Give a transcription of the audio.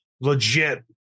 legit